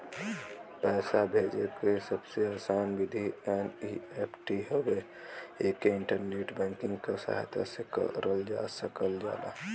पैसा भेजे क सबसे आसान विधि एन.ई.एफ.टी हउवे एके इंटरनेट बैंकिंग क सहायता से करल जा सकल जाला